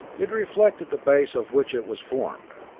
it reflected the base of which it was formed.